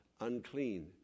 unclean